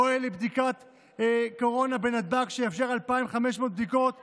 אוהל לבדיקת קורונה בנתב"ג שיאפשר 2,500 בדיקות בשעה,